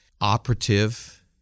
operative